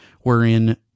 wherein